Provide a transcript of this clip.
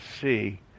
see